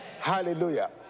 hallelujah